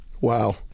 wow